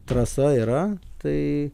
trasa yra tai